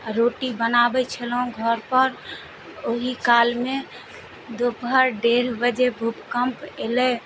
रोटी बनाबै छलहुॅं घर पर ओहि कालमे दुपहर डेढ़ बजे भूकम्प अयलै